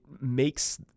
makes